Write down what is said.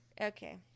Okay